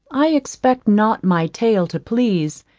i expect not my tale to please,